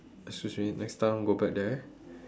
excuse me next time go back there